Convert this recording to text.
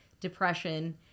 depression